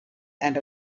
and